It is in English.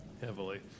heavily